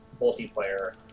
multiplayer